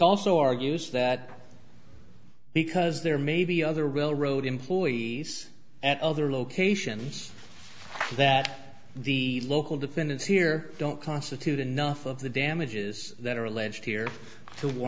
also argues that because there may be other railroad employees at other locations that the local defendants here don't constitute enough of the damages that are alleged here to w